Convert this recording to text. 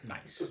Nice